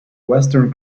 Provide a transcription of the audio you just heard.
western